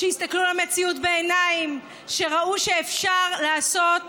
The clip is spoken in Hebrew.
שהסתכלו למציאות בעיניים, שראו שאפשר לעשות